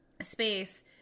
space